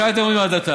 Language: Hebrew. ישר אתם אומרים הדתה.